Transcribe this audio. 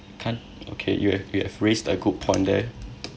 can okay you have you have raised a good point there